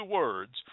words